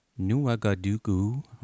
Nuagadugu